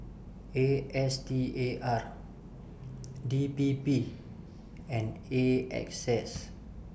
A S T A R D P P and A X S